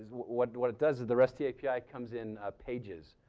what what it does is the rest of api comes in ah pages.